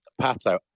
Pato